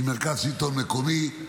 עם מרכז שלטון מקומי,